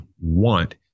want